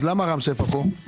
אז למה רם שפע כאן?